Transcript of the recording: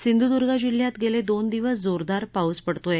सिंधूद्र्ग जिल्ह्यात गेले दोन दिवस जोरदार पाऊस पडतोय